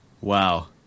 Wow